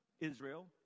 Israel